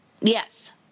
Yes